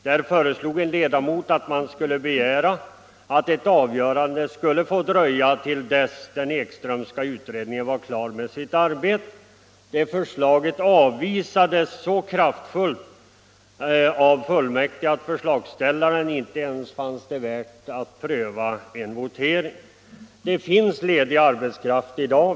Där föreslog en ledamot att man skulle begära att ett avgörande skulle få dröja till dess Ekströmska utredningen var klar med sitt arbete. Förslaget avvisades så kraftfullt att förslagsställaren inte ens fann det mödan värt att begära votering. Det finns ledig arbetskraft i dag.